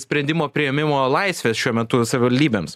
sprendimo priėmimo laisvę šiuo metu savivaldybėms